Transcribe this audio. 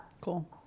Cool